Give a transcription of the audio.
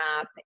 app